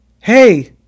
Hey